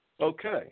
Okay